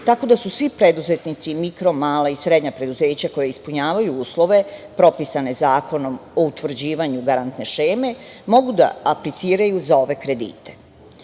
tako da svi preduzetnici, mikro, mala i srednja preduzeća, koja ispunjavaju uslove propisane Zakonom o utvrđivanju garantne šeme, mogu da apliciraju za ove